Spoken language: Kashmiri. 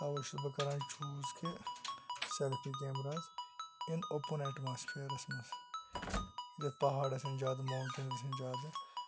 تَوَے چھُس بہٕ کَران چوٗز کہِ سیٚلفی کیمرہ اِن اوٚپُن ایٚٹموسفِیَرَس مَنٛز یَتھ پَہاڑ آسان زیادٕ مونٛٹین آسان زیادٕ